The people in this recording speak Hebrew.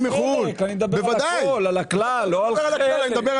אני מדבר על הכול, על הכלל ולא על חלק.